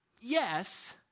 Yes